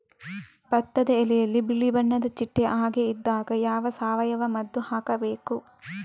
ಭತ್ತದ ಎಲೆಯಲ್ಲಿ ಬಿಳಿ ಬಣ್ಣದ ಚಿಟ್ಟೆ ಹಾಗೆ ಇದ್ದಾಗ ಯಾವ ಸಾವಯವ ಮದ್ದು ಹಾಕಬೇಕು?